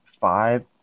five